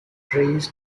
prays